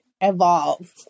evolve